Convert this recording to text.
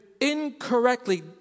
incorrectly